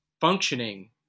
functioning